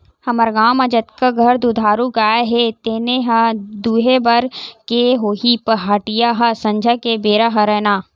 हमर गाँव म जतका घर दुधारू गाय हे तेने ल दुहे बर गे होही पहाटिया ह संझा के बेरा हरय ना